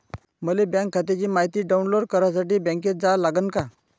मले बँक खात्याची मायती डाऊनलोड करासाठी बँकेत जा लागन का?